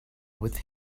with